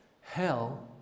Hell